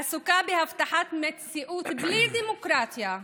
עסוקה בהבטחת מציאות בלי דמוקרטיה,